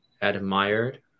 admired